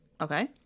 Okay